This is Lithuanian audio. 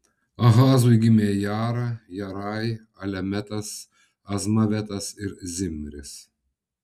ahazui gimė jara jarai alemetas azmavetas ir zimris